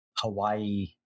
Hawaii